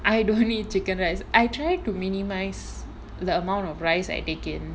I don't eat chicken rice I try to minimise the amount of rice I take in